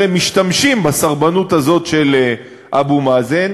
הם הרי משתמשים בסרבנות הזאת של אבו מאזן,